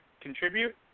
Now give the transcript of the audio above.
contribute